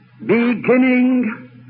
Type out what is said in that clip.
beginning